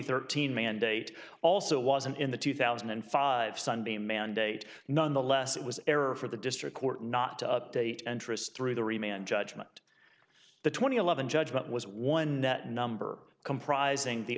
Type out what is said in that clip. thirteen mandate also wasn't in the two thousand and five sunbeam mandate nonetheless it was error for the district court not to update and trysts through the remaining judgment the twenty eleven judgment was one that number comprising the